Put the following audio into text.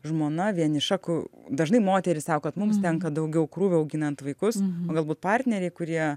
žmona vieniša ko dažnai moterys sako kad mums tenka daugiau krūvio auginant vaikus o galbūt partneriai kurie